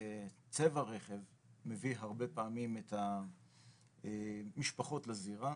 וצבע רכב מביא הרבה פעמים את המשפחות לזירה,